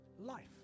life